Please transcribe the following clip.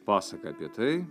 pasaka apie tai